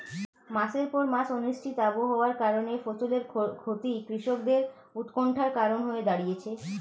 মাসের পর মাস অনিশ্চিত আবহাওয়ার কারণে ফসলের ক্ষতি কৃষকদের উৎকন্ঠার কারণ হয়ে দাঁড়িয়েছে